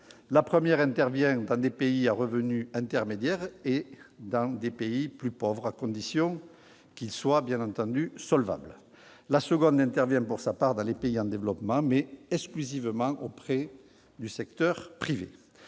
La première intervient auprès des pays à revenu intermédiaire et dans des pays plus pauvres, à condition qu'ils soient solvables ; la seconde intervient pour sa part dans les pays en développement, mais exclusivement auprès du secteur privé.